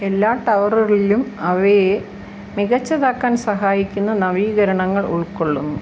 എല്ലാ ടവറുകളിലും അവയെ മികച്ചതാക്കാൻ സഹായിക്കുന്ന നവീകരണങ്ങൾ ഉൾക്കൊള്ളുന്നു